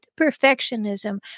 perfectionism